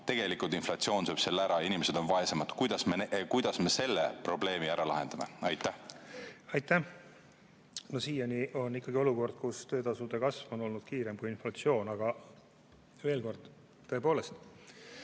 tõusma, inflatsioon sööb ära ja inimesed on vaesemad. Kuidas me selle probleemi ära lahendame? Aitäh! No siiani on ikkagi olukord, kus töötasude kasv on olnud kiirem kui inflatsioon. Aga veel kord: tõepoolest,